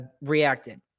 reacted